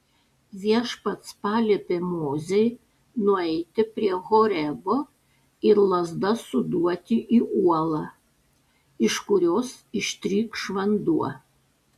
viešpats paliepė mozei nueiti prie horebo ir lazda suduoti į uolą iš kurios ištrykš vanduo